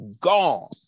gone